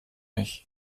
ich